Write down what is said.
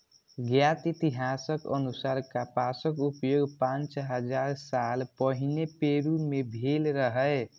ज्ञात इतिहासक अनुसार कपासक उपयोग पांच हजार साल पहिने पेरु मे भेल रहै